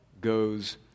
goes